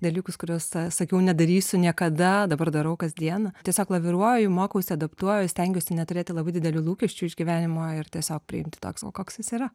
dalykus kuriuos sakiau nedarysiu niekada dabar darau kasdien tiesiog laviruoju mokausi adaptuoju stengiuosi neturėti labai didelių lūkesčių iš gyvenimo ir tiesiog priimti toks koks jis yra